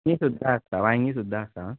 वांयंगीं सुद्दा आसता वांयंगीं सुद्दा आसा आ